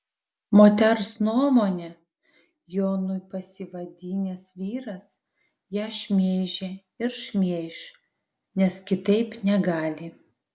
moters nuomone jonu pasivadinęs vyras ją šmeižė ir šmeiš nes kitaip negali